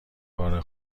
بار